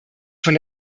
von